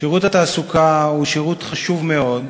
שירות התעסוקה הוא שירות חשוב מאוד,